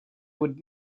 would